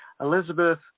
Elizabeth